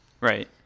right